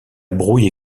brouille